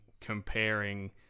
comparing